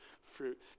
fruit